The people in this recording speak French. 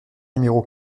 numéro